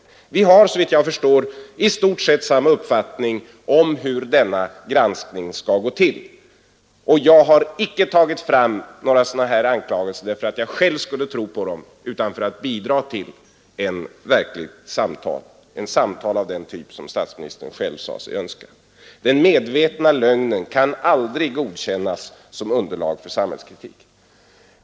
Statsministern och jag har såvitt jag förstår i stort sett samma uppfattning om hur en sådan granskning skall gå till. Jag har icke dragit fram några sådana anklagelser därför att jag själv skulle tro på dem utan för att bidra till ett verkligt samtal av den typ som statsministern själv sade sig önska. Den medvetna lögnen kan aldrig godkännas som underlag för samhällskritik.